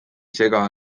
sega